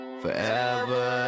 forever